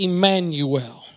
Emmanuel